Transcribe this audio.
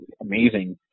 amazing